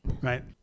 Right